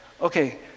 okay